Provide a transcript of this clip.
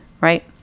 Right